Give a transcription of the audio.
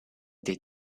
des